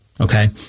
okay